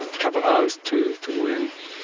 couple hours to to win